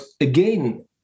again